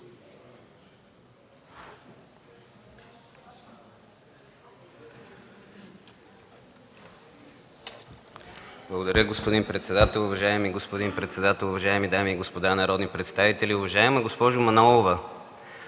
Благодаря, господин председател. Уважаеми господин председател, уважаеми дами и господа народни представители! Уважаема госпожо Манолова,